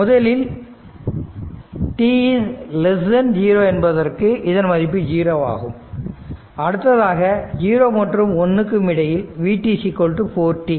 முதலில் t0 என்பதற்கு இதன் மதிப்பு ஜீரோ ஆகும் அடுத்ததாக 0 மற்றும்1 க்கும் இடையில் vt 4 t